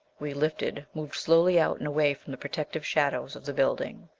we lifted, moved slowly out and away from the protective shadows of the building.